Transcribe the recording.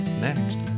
next